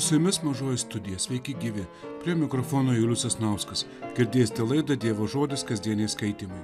su jumis mažoji studija sveiki gyvi prie mikrofono julius sasnauskas girdėsite laidą dievo žodis kasdieniai skaitymai